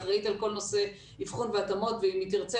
אחראית על כל נושא אבחון והתאמות ואם היא תרצה